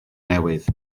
newydd